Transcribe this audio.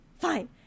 fine